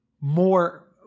more